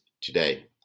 today